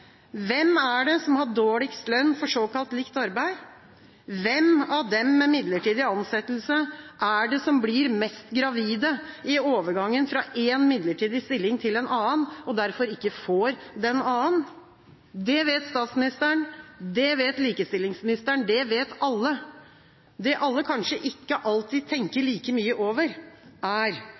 Hvem er det som har dårligst lønn for såkalt likt arbeid? Hvem av dem med midlertidig ansettelse er det som blir mest gravide i overgangen fra en midlertidig stilling til en annen, og derfor ikke får den andre? Det vet statsministeren. Det vet likestillingsministeren. Det vet alle. Det alle kanskje ikke alltid tenker like mye over, er